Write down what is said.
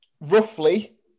Roughly